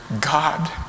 God